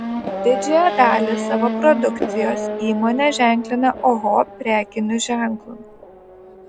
didžiąją dalį savo produkcijos įmonė ženklina oho prekiniu ženklu